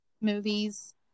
movies